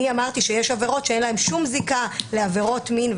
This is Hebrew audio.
אני אמרתי שיש עבירות שאין להן שום זיקה לעבירות מין.